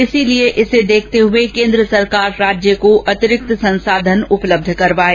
इसलिए इसे देखते हुए केन्द्र सरकार राज्य को अतिरिक्त संसाधन उपलब्ध करवाये